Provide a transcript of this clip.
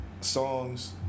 songs